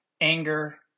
anger